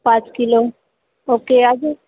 पाच kilo okay अजून